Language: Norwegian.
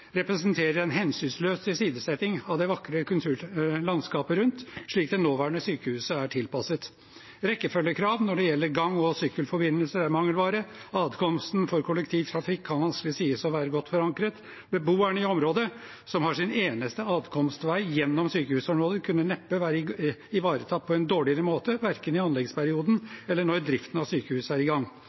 representerer en hensynsløs tilsidesetting av det vakre kulturlandskapet rundt, som det nåværende sykehuset er tilpasset. Rekkefølgekrav når det gjelder gang- og sykkelforbindelse er mangelvare. Adkomsten for kollektivtrafikk kan vanskelig sies å være godt forankret. Beboerne i området, som har sin eneste adkomstvei gjennom sykehusområdet, kunne neppe vært ivaretatt på en dårligere måte, verken i anleggsperioden eller når driften av sykehuset er i gang.